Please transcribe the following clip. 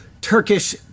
Turkish